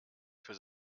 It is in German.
für